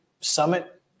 summit